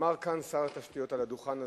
אמר כאן שר התשתיות על הדוכן הזה: